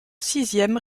sixième